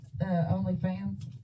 OnlyFans